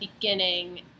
beginning